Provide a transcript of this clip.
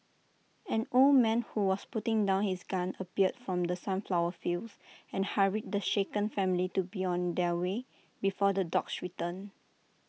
an old man who was putting down his gun appeared from the sunflower fields and hurried the shaken family to be on their way before the dogs return